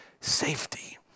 safety